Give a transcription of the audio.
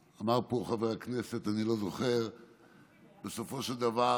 איזה, שבסופו של דבר